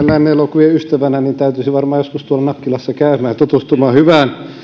lännenelokuvien ystävänä täytyisi varmaan joskus tuolla nakkilassa käydä ja tutustua hyvään